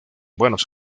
buenos